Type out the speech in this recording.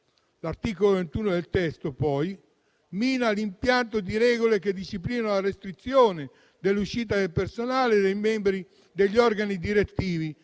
L'articolo 21 del testo, poi, mina l'impianto di regole che disciplinano la restrizione dell'uscita del personale dai membri degli organi direttivi